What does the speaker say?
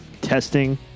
Testing